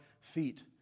feet